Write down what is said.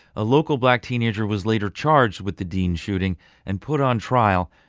a local black teenager was later charged with the dean shooting and put on trial,